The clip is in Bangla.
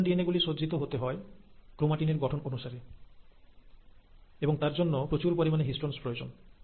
নতুন ডিএনএ গুলি সজ্জিত হতে হয় ক্রোমাটিন এর গঠন অনুসারে এবং তার জন্য প্রচুর পরিমাণে হিষ্টনস প্রয়োজন